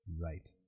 Right